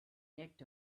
act